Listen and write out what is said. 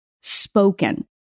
spoken